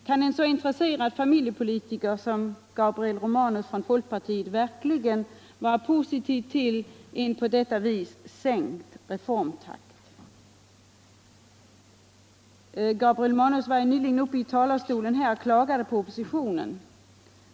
Kan en så intresserad familjepolitiker som Gabriel Romanus från folkpartiet verkligen vara positiv till en på detta vis sänkt reformtakt? Gabriel Romanus var nyligen uppe i talarstolen och klagade på oppositionen.